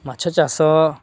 ମାଛ ଚାଷ